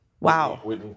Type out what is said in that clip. Wow